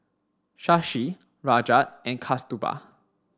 Shashi Rajat and Kasturba